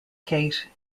kate